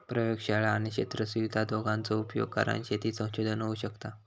प्रयोगशाळा आणि क्षेत्र सुविधा दोघांचो उपयोग करान शेती संशोधन होऊ शकता